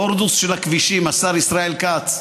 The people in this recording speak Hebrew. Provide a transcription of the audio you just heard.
הורדוס של הכבישים השר ישראל כץ,